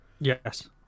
yes